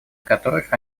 которых